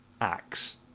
acts